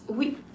we